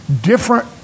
different